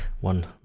one